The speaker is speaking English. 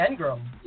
Engram